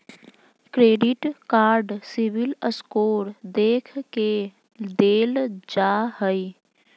credit card CIBIL score देख के देल जा हइ